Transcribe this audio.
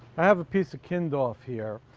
i have a piece of kindorf here.